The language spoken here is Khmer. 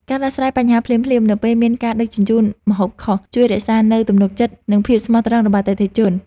ការដោះស្រាយបញ្ហាភ្លាមៗនៅពេលមានការដឹកជញ្ជូនម្ហូបខុស ជួយរក្សានូវទំនុកចិត្តនិងភាពស្មោះត្រង់របស់អតិថិជន។